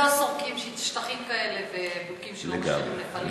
לא סורקים שטחים כאלה ובודקים שלא משאירים נפלים ותחמושת חיה.